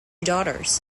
daughters